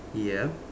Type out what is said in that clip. ya